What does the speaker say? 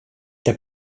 der